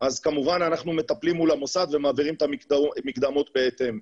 אז כמובן אנחנו מטפלים מול המוסד ומעבירים את המקדמות בהתאם.